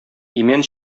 имән